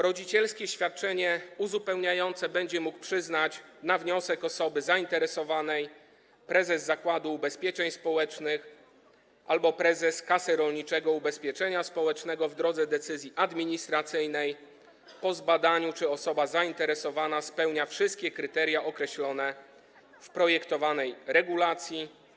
Rodzicielskie świadczenie uzupełniające będzie mógł przyznać, na wniosek osoby zainteresowanej, prezes Zakładu Ubezpieczeń Społecznych albo prezes Kasy Rolniczego Ubezpieczenia Społecznego, w drodze decyzji administracyjnej, po zbadaniu, czy osoba zainteresowana spełnia wszystkie kryteria określone w projektowanej regulacji.